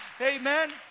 amen